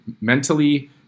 Mentally